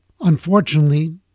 unfortunately